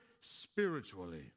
Spiritually